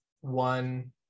One